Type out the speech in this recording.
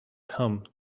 come